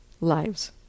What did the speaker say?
lives